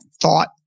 thought